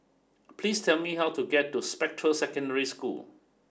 please tell me how to get to Spectra Secondary School